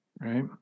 Right